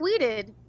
tweeted